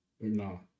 No